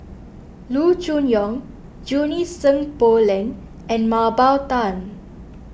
Loo Choon Yong Junie Sng Poh Leng and Mah Bow Tan